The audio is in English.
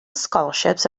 scholarships